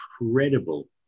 incredible